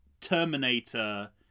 Terminator